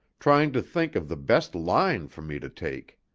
trying to think of the best line for me to take.